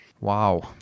Wow